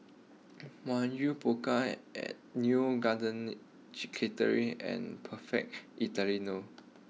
Mamy Poko Neo Garden Catering and perfect Italiano